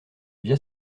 via